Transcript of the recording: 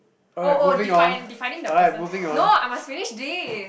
alright moving on alright moving on